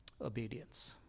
Obedience